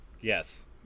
Yes